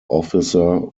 officer